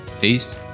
Peace